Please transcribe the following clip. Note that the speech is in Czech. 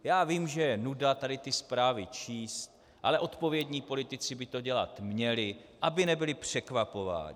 Já vím, že je nuda tady ty zprávy číst, ale odpovědní politici by to dělat měli, aby nebyli překvapováni.